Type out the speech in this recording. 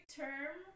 term